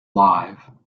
live